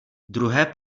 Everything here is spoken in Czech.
druhé